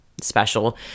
special